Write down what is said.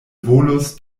volas